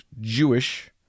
Jewish